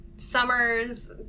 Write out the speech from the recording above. Summers